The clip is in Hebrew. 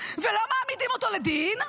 ולא מעמידים אותו לדין,